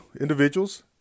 individuals